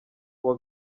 uwa